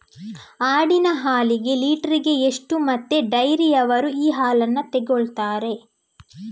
ಆಡಿನ ಹಾಲಿಗೆ ಲೀಟ್ರಿಗೆ ಎಷ್ಟು ಮತ್ತೆ ಡೈರಿಯವ್ರರು ಈ ಹಾಲನ್ನ ತೆಕೊಳ್ತಾರೆ?